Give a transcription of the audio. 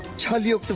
kill you,